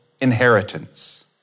inheritance